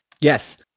yes